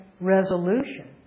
resolution